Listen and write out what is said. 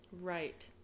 Right